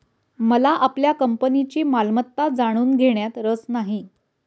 मला आपल्या कंपनीची मालमत्ता जाणून घेण्यात रस नाही